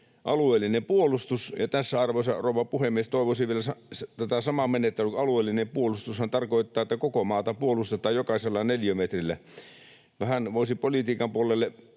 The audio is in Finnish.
alueellinen puolustus. Tässä, arvoisa rouva puhemies, kun alueellinen puolustushan tarkoittaa, että koko maata puolustetaan, jokaisella neliömetrillä, vähän voisi tavallisen politiikan puolelle